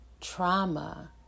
trauma